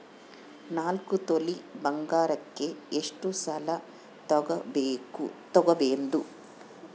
ನಾಲ್ಕು ತೊಲಿ ಬಂಗಾರಕ್ಕೆ ಎಷ್ಟು ಸಾಲ ತಗಬೋದು?